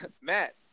Matt